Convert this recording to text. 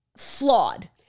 flawed